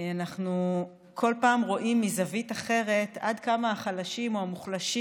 אנחנו כל פעם רואים מזווית אחרת עד כמה החלשים או המוחלשים